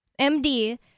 MD